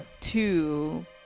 two